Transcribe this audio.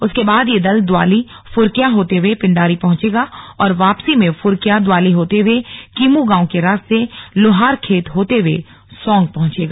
उसके बाद यह दल द्वाली फुर्किया होते हुए पिंडारी पहुंचेगा और वापसी में फुर्किया द्वाली होते हुए कीमू गांव के रास्ते लोहारखेत होते हुए सौंग पहुंचेगा